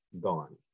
gone